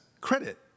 credit